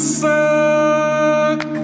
suck